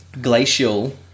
glacial